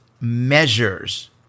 measures